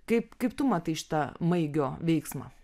kaip kaip tu matai šitą maigio veiksmą